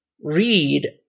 read